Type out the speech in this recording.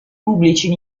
pubblici